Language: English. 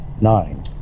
Nine